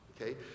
Okay